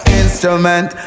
instrument